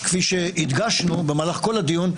כפי שהדגשנו במהלך כל הדיון,